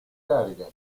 carica